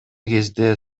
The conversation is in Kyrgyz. кезде